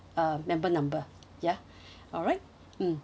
uh member number ya alright mm